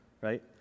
Right